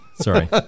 Sorry